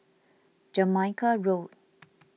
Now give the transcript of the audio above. Jamaica Road